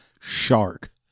shark